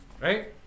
Right